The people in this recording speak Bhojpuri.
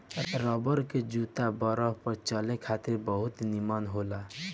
रबर के जूता बरफ पर चले खातिर बहुत निमन होला